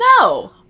no